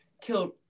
killed